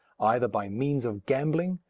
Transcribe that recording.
either by means of gambling,